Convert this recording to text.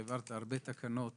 העברת הרבה תקנות